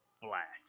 flat